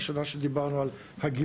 היתה שנה שדיברנו על הגירות.